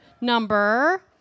number